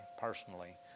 personally